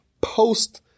post